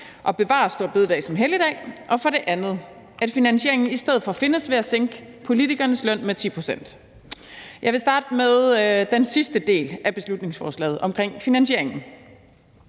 at bevare store bededag som en helligdag og for det andet, at finansieringen i stedet for findes ved at sænke politikernes løn med 10 pct. Jeg vil starte med den sidste del af beslutningsforslaget om finansieringen.